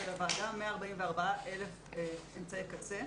הגענו לוועדה 144,000 אמצעי קצה.